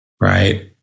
right